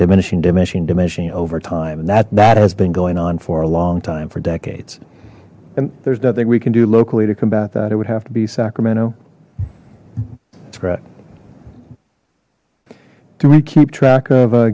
diminishing diminishing dimension over time and that that has been going on for a long time for decades and there's nothing we can do locally to combat that it would have to be sacramento that's great do we keep track of